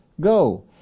go